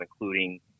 including